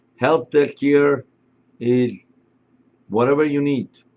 help desk here is whatever you need.